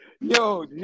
yo